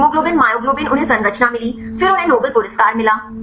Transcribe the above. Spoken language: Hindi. कि हीमोग्लोबिन मायोग्लोबिन उन्हें संरचना मिली फिर उन्हें नोबेल पुरस्कार मिला